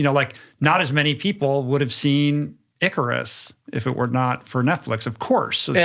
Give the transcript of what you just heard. you know like not as many people would have seen icarus, if it were not for netflix, of course. yeah